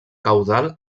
caudal